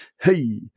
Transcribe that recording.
hey